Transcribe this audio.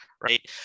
Right